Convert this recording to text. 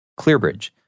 ClearBridge